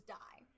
die